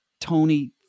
Tony